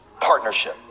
Partnership